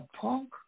punk